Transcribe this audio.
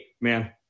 man